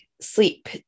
sleep